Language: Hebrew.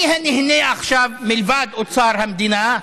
מי הנהנה עכשיו, מלבד אוצר המדינה,